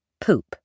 Poop